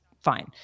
fine